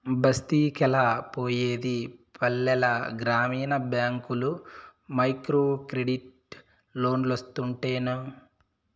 బస్తికెలా పోయేది పల్లెల గ్రామీణ బ్యాంకుల్ల మైక్రోక్రెడిట్ లోన్లోస్తుంటేను